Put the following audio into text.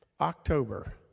October